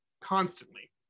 Constantly